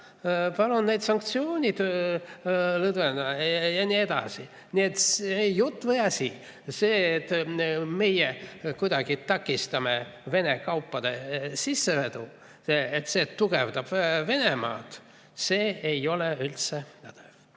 palun neid sanktsioone lõdvendada ja nii edasi. Jutt või asi! See jutt, et meie kuidagi takistame Vene kaupade sissevedu ja see tugevdab Venemaad, ei ole üldse pädev.